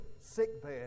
sickbed